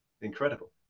incredible